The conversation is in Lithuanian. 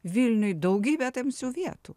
vilniuj daugybė tamsių vietų